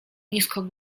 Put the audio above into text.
nisko